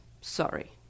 Sorry